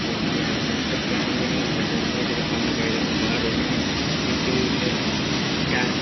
ओह्बी ऐ sir sir time गै निं होंदा सर में थोह्ड़ा कम्मै काजै कन्नै बाह्र रौह्न्ना ना टाइम